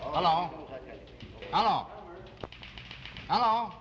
oh oh oh